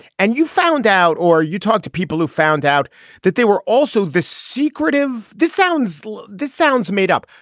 and you found out or you talk to people who found out that they were also this secretive. this sounds like the sounds made up,